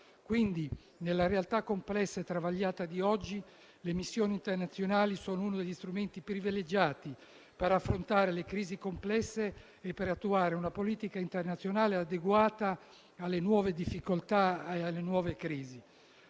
Pertanto, nella realtà complessa e travagliata di oggi, le missioni internazionali sono uno degli strumenti privilegiati per affrontare le crisi complesse e per attuare una politica internazionale adeguata alle nuove difficoltà e alle nuove crisi.